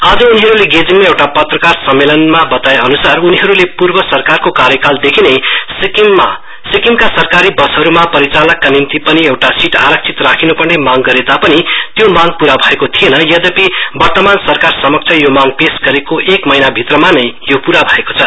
आज गेजिङमा एउटा पत्रकार सम्मेलनमा बताएअन्सार उनीहरूले पूर्व सरकारको कार्यकालदेखि नै सिक्किमका सरकारी बसहरूमा परिचालकका निम्ति पनि सीट आरक्षित राखिन्पर्ने माग गरे तापनि त्यो माग पूरा भएको थिएन यद्यपि वर्तमान सरकार समक्ष यो माग पेश गरेको एक महीनाभित्रमा नै यो पूरा भएको छ